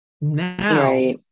Now